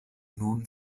nun